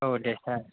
औ दे सार